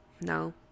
No